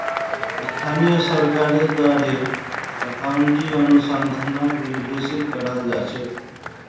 स्थानीय सरकारेर द्वारे अकाउन्टिंग अनुसंधानक निर्देशित कराल जा छेक